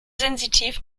sensitiv